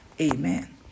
amen